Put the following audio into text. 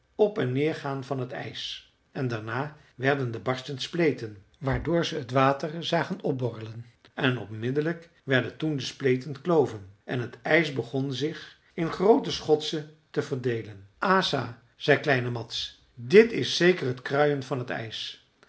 op en neer gaan van het ijs en daarna werden de barsten spleten waardoor ze het water zagen opborrelen en onmiddellijk werden toen de spleten kloven en het ijs begon zich in groote schotsen te verdeelen asa zei kleine mads dit is zeker het kruien van t ijs